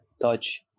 touch